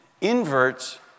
inverts